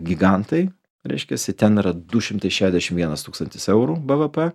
gigantai reiškiasi ten yra du šimtai šedešim vienas tūkstantis eurų bvp